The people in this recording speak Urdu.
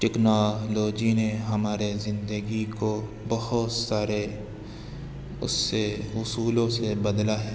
ٹیکنالوجی نے ہمارے زندگی کو بہت سارے اس سے اصولوں سے بدلا ہے